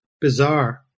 bizarre